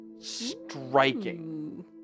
striking